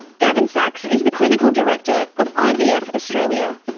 gavin sacks is the clinical director of ivf australia.